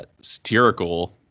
satirical